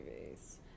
movies